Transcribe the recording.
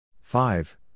Five